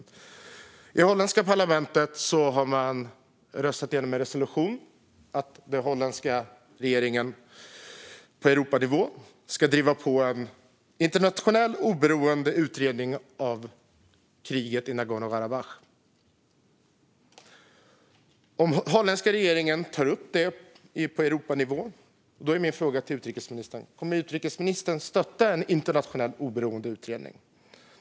I det holländska parlamentet har man röstat igenom en resolution om att den holländska regeringen på Europanivå ska driva på en internationell oberoende utredning om kriget i Nagorno-Karabach. Om den holländska regeringen tar upp detta på Europanivå, kommer utrikesministern då att stötta en internationell oberoende utredning?